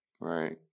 right